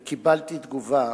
וקיבלתי תגובה